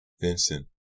Vincent